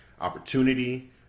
opportunity